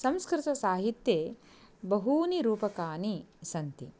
संस्कृतसाहित्ये बहूनि रूपकाणि सन्ति